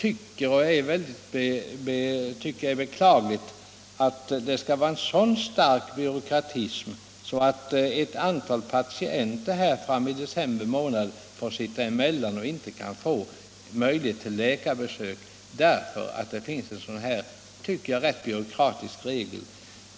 Men jag tycker det är beklagligt att det skall vara en sådan stark byråkratism att ett antal patienter fram i december månad får sitta emellan och inte har möjlighet till läkarbesök.